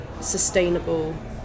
sustainable